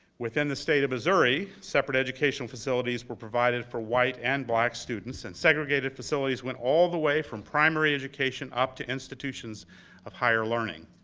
within the state of missouri, separate educational facilities were provided for white and black students and segregated facilities went all the way from primary education up to institutions of higher learning.